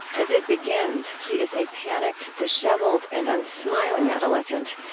as it begins, he is a panicked disheveled, and unsmiling adolescent,